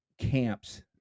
camps